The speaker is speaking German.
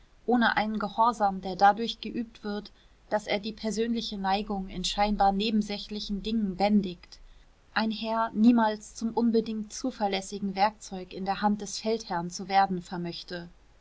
ohne einen gehorsam der dadurch geübt wird daß er die persönliche neigung in scheinbar nebensächlichen dingen bändigt ein heer niemals zum unbedingt zuverlässigen werkzeug in der hand des feldherrn zu werden vermöchte